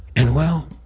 and well,